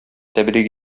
тәбрик